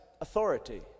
authority